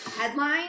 headline